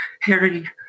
Harry